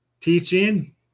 teaching